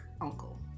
uncle